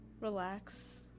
relax